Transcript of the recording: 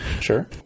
sure